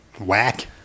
whack